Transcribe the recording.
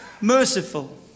Merciful